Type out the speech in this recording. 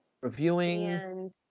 reviewing